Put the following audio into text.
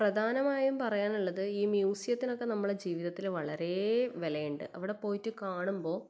പ്രധാനമായും പറയാനുള്ളത് ഈ മ്യൂസിയത്തിനൊക്കെ നമ്മള ജീവിതത്തിൽ വളരെ വിലയുണ്ട് അവിടെ പോയിട്ട് കാണുമ്പോൾ